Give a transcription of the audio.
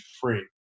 free